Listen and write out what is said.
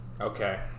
Okay